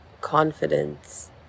confidence